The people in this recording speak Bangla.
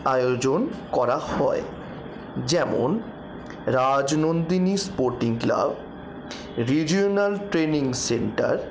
আয়োজন করা হয় যেমন Rajnandini sporting club regional training centre